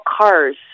cars